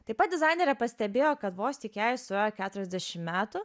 taip pat dizainerė pastebėjo kad vos tik jai suėjo keturiasdešim metų